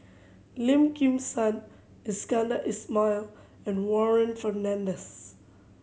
Lim Kim San Iskandar Ismail and Warren Fernandez